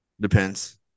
Depends